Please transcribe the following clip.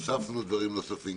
הוספנו דברים נוספים,